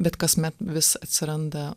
bet kasmet vis atsiranda